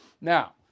Now